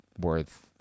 worth